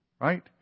Right